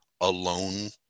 Alone